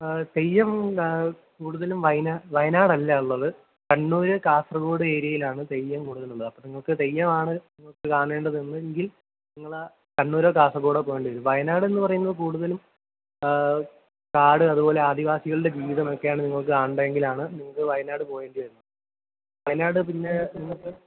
തെയ്യം കൂടുതലും വയനാട് വയനാട് അല്ല ഉള്ളത് കണ്ണൂർ കാസർഗോഡ് ഏരിയയിലാണ് തെയ്യം കൂടുതലുള്ളത് അപ്പോൾ നിങ്ങൾക്ക് തെയ്യമാണ് കാണേണ്ടതെങ്കിൽ നിങ്ങൾ ആ കണ്ണൂരോ കാസർഗോഡോ പോകേണ്ടിവരും വയനാടെന്നു പറയുന്നത് കൂടുതലും കാട് അതുപോലെ ആദിവാസികളുടെ ജീവിതമൊക്കെയാണ് നിങ്ങൾക്ക് കാണേണ്ടതെങ്കിലാണ് നിങ്ങൾക്ക് വയനാട് പോകേണ്ടിവരുന്നത് വയനാട് പിന്നെ നിങ്ങൾക്ക്